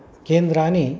केन्द्राणि